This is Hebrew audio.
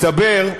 מסתבר,